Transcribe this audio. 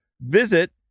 Visit